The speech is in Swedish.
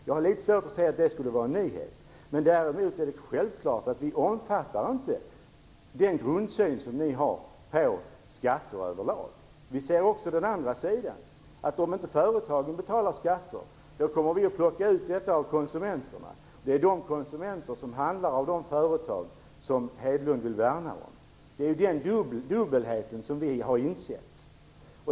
Jag har litet svårt att se att det skulle vara en nyhet. Det är dock självklart att vi inte har den grundsyn som ni har på skatter överlag. Vi ser också den andra sidan. Om inte företagen betalar kommer vi att plocka ut detta av konsumenterna - de konsumenter som handlar av de företag som Carl Erik Hedlund vill värna om. Det är den dubbelheten vi har insett.